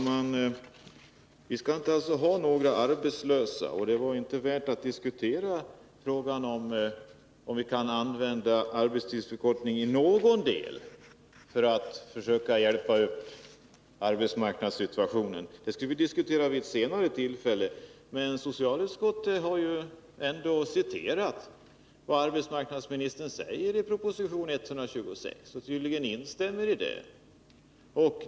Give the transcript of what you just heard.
Fru talman! Vi skall inte ha några arbetslösa, säger Gabriel Romanus, och frågan om vi skall använda arbetstidsförkortning för att i någon mån försöka hjälpa upp arbetsmarknadssituationen skall vi diskutera vid ett senare tillfälle. Men socialutskottet har citerat vad arbetsmarknadsministern säger i proposition 126 och instämmer tydligen i det.